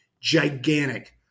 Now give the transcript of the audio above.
gigantic